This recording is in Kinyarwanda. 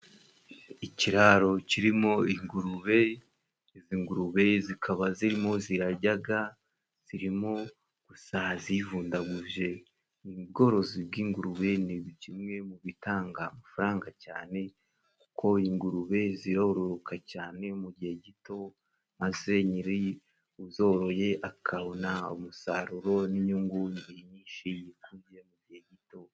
Iciraro cirimo ingurube, izi ngurube zikaba zirimo zirajyaga, zirimo gusa zivundaguje, ubworozi bw'ingurube ni kimwe mu bitanga amafaranga cyane, kuko ingurube ziroroka cyane mu gihe gito, maze nyiri uzoroye akabona umusaruro n'inyungu nyinshi yakuye mu gihe gito.